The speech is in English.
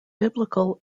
biblical